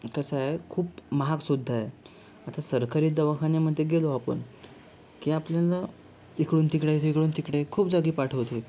कसं आहे खूप महाग सुद्धा आहे आता सरकारी दवाखान्यामध्ये गेलो आपण की आपल्याला इकडून तिकडे तिकडून तिकडे खूप जागी पाठवते